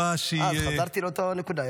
בגלל שקודם הקראתי תורה -- חזרתי לאותה נקודה,